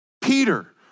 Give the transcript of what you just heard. Peter